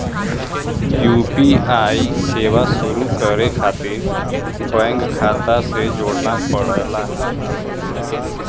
UPI सेवा शुरू करे खातिर बैंक खाता से जोड़ना पड़ला